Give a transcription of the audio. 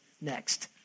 next